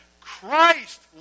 Christ